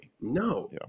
No